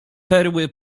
perły